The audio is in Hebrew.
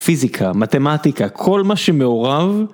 פיזיקה, מתמטיקה, כל מה שמעורב.